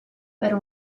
per